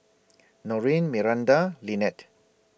Norene Miranda and Lynette